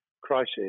crisis